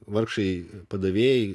vargšai padavėjai